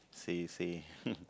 say say